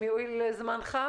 אם יואיל זמנך,